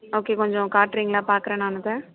okay கொஞ்சம் காட்டுறீங்களா பார்க்கறேன் நான் அதை